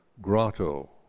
grotto